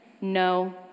No